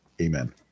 Amen